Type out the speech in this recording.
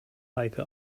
heike